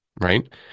right